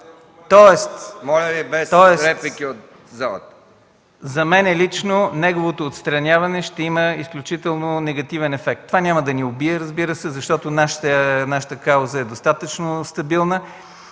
РАЙКОВ: За мен лично неговото отстраняване ще има изключително негативен ефект. Разбира се, това няма да ни убие, защото нашата кауза е достатъчно стабилна,